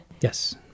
Yes